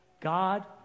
God